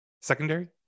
secondary